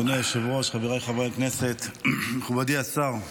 אדוני היושב-ראש, חבריי חברי הכנסת, מכובדי השר,